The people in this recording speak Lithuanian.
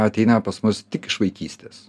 ateina pas mus tik iš vaikystės